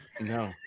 No